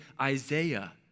Isaiah